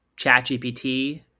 ChatGPT